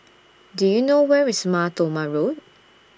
Do YOU know Where IS Mar Thoma Road